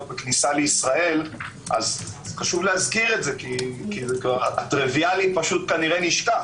בכניסה לישראל חשוב להזכיר את זה כי הטריוויאלי נשכח